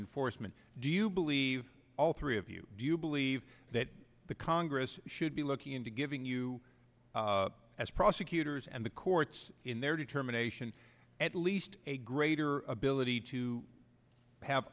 enforcement do you believe all three of you do you believe that the congress should be looking into giving you as prosecutors and the courts in their determination at least a greater bill to have